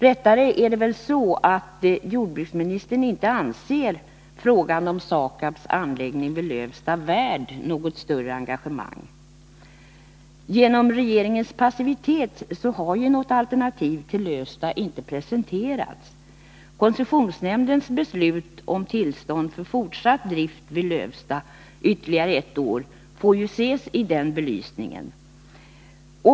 Snarare är det väl så, att jordbruksministern inte anser frågan om SAKAB:s anläggning vid Lövsta värd något större engagemang. På grund av regeringens passivitet har ju något alternativ till Lövsta inte presenterats. Koncessionsnämndens beslut om tillstånd för fortsatt drift vid Lövsta ytterligare ett år får ses i den belysningen.